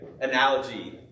analogy